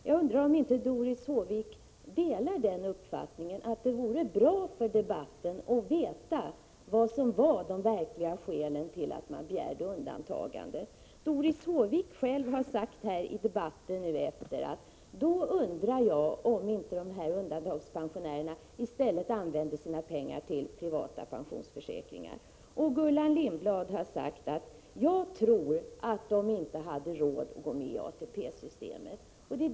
Jag undrar om inte Doris Håvik delar uppfattningen att det vore bra för debatten att veta vilka de verkliga skälen var till att dessa personer begärde undantagande. Doris Håvik sade själv i debatten: Jag undrar om inte undantagandepensionärerna i stället använde sina pengar till att teckna privata pensionsförsäkringar. Sedan sade Gullan Lindblad: Jag tror att de inte hade råd att gå med i ATP-systemet.